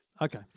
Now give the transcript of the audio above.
Okay